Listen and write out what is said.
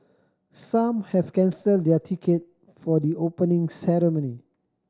some have cancelled their ticket for the Opening Ceremony